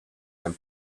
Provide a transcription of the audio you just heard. and